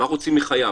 מה רוצים מחייו,